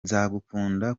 nzagukunda